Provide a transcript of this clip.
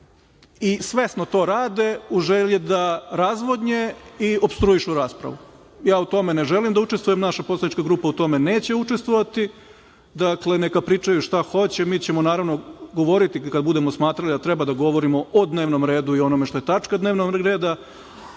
I, svesno to rade u želji da razvodnje i opstruišu raspravu. Ja u tome ne želim da učestvujem, naša poslanička grupa u tome neće učestvovati. Dakle, neka pričaju šta hoće, mi ćemo naravno govoriti kada budemo smatrali da treba da govorimo o dnevnom redu i onome što je tačka dnevnog reda,